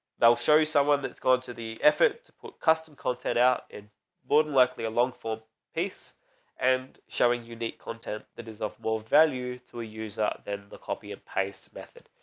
they'll show you someone that's gone to the effort to put custom content out. and more than likely along for pace and showing unique content that is of more value to a user. then the copy and paste method,